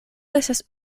estas